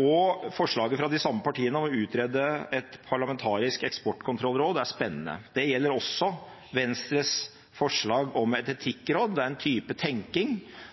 og forslaget fra de samme partiene om å utrede et parlamentarisk eksportkontrollråd er spennende. Det gjelder også Venstres forslag om et etikkråd. Det er en type